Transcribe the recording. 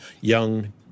young